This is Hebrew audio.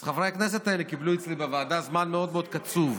אז חברי הכנסת האלה קיבלו אצלי בוועדה זמן מאוד מאוד קצוב,